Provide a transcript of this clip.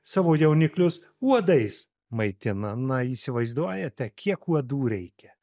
savo jauniklius uodais maitina na įsivaizduojate kiek uodų reikia